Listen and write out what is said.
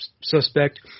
suspect